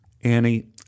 Annie